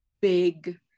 big